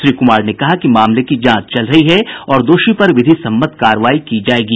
श्री कुमार ने कहा है कि मामले की जांच चल रही है और दोषी पर विधि सम्मत कार्रवाई की जायेगी